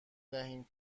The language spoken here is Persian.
دهیم